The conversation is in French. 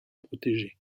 protéger